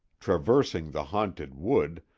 traversing the haunted wood,